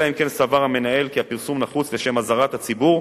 אלא אם כן סבר המנהל כי הפרסום נחוץ לשם אזהרת הציבור,